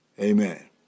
Amen